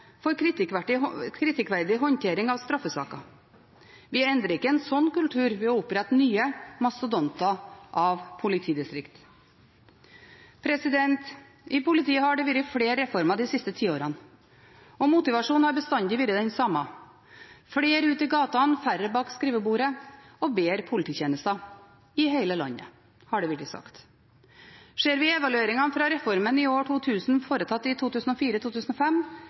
for kritikkverdig håndtering av straffesaker. Vi endrer ikke en slik kultur ved å opprette nye mastodonter av politidistrikter. I politiet har det vært flere reformer de siste tiåra. Motivasjonen har bestandig vært den samme: Flere ut i gatene, færre bak skrivebordet og bedre polititjenester i hele landet, har det vært sagt. Ser vi evalueringene fra reformen i år 2000, foretatt i